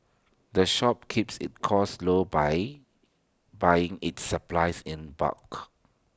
the shop keeps its costs low by buying its supplies in bulk